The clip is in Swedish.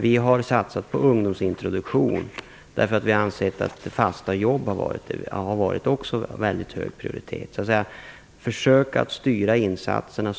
Vi har satsat på ungdomsintroduktion, eftersom vi har ansett att fasta jobb också har haft mycket hög prioritet. Vi har så mycket som möjligt försökt styra insatserna